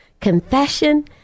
confession